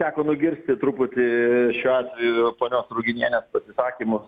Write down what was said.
teko nugirsti truputį šiuo atveju ponios ruginienės pasisakymus